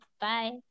bye